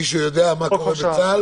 מישהו יודע מה קורה בצה"ל?